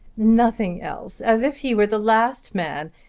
nothing else as if he were the last man!